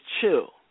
chill